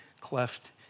cleft